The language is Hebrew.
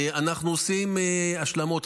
אנחנו עושים השלמות,